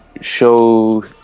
show